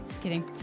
kidding